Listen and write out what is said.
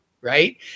Right